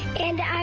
and